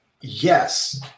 Yes